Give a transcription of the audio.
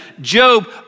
Job